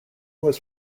was